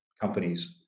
companies